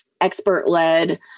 expert-led